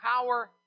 power